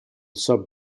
sub